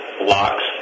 locks